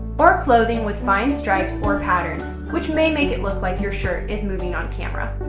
or clothing with fine stripes or patterns, which may make it look like your shirt is moving on camera.